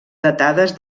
datades